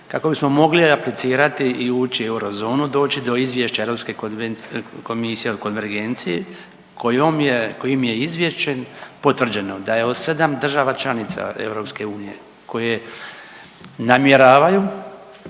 kako bismo mogli aplicirati i ući u eurozonu, doći do izvješća Europske komisije o konvergenciji kojom je, kojim je izvješćem potvrđeno da je od 7 država članica EU koje namjeravaju